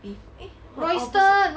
be eh or bobby